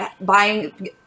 buying